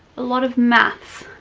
a lot of maths,